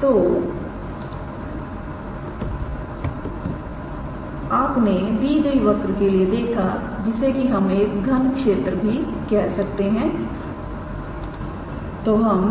तो आपने दी गई वक्र के लिए देखा जिसे कि हम एक घनक्षेत्र भी कह सकते हैं तो हम